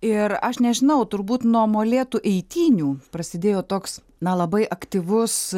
ir aš nežinau turbūt nuo molėtų eitynių prasidėjo toks na labai aktyvus